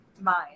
mind